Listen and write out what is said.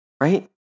Right